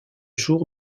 jour